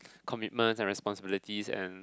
commitment and responsibilities and